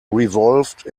revolved